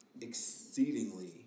exceedingly